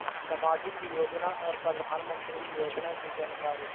समाजिक योजना और प्रधानमंत्री योजना की जानकारी?